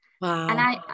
Wow